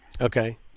okay